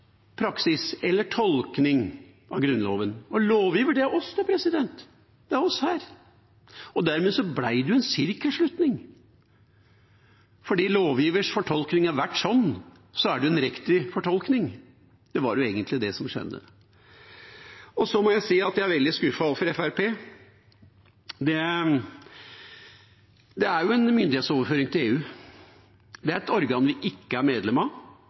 praksis eller tolking av Grunnloven – og lovgiver, det er oss her. Dermed ble det en sirkelslutning. Fordi lovgivers fortolkning har vært sånn, er det en riktig fortolkning. Det var egentlig det som skjedde. Så må jeg si at jeg er veldig skuffet over Fremskrittspartiet. Det er en myndighetsoverføring til EU. Det er et organ vi ikke er medlem av.